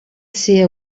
ser